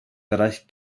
bereich